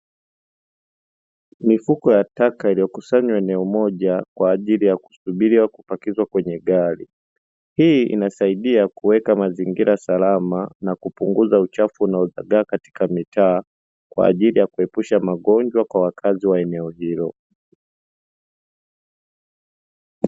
Mifuko ya taka iliyokusanywa eneo moja kwa ajili ya kusubiria kupakizwa kwenye gari. Hii inasaidia kuweka mazingira salama na kupunguza uchafu unaozagaa katika mitaa, kwa ajili ya kuepusha magonjwa kwa wakazi wa eneo hilo.